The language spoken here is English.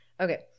Okay